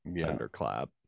Thunderclap